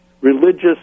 religious